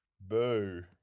Boo